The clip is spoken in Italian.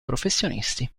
professionisti